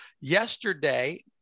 yesterday